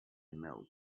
milk